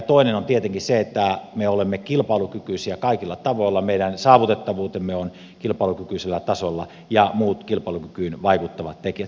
toinen on tietenkin se että me olemme kilpailukykyisiä kaikilla tavoilla meidän saavutettavuutemme ja muut kilpailukykyyn vaikuttavat tekijät ovat kilpailukykyisellä tasolla